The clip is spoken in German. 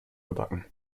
gebacken